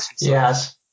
Yes